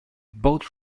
both